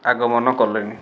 ଆଗମନ କଲେଣି